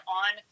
on